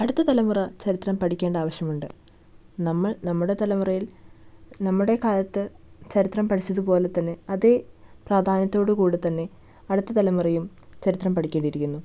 അടുത്ത തലമുറ ചരിത്രം പഠിക്കേണ്ട ആവശ്യമുണ്ട് നമ്മൾ നമ്മുടെ തലമുറയിൽ നമ്മുടെ കാലത്ത് ചരിത്രം പഠിച്ചത് പോലെ തന്നെ അതേ പ്രാധാന്യത്തോട് കൂടെത്തന്നെ അടുത്ത തലമുറയും ചരിത്രം പഠിക്കേണ്ടിയിരിക്കുന്നു